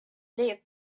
live